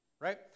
right